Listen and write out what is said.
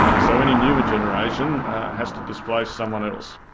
ah so any new generation has to displace someone else.